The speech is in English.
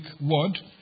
word